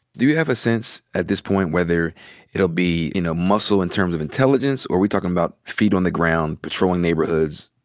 do you have a sense at this point whether it'll be, you know, muscle in terms of intelligence? or are we talking about feet on the ground? patrolling neighborhoods?